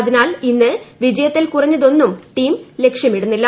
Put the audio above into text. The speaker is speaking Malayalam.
അതിനാൽ ഇന്ന് വിജയത്തിൽ കുറഞ്ഞത്തി്ണും ടീം ലക്ഷ്യമിടുന്നില്ല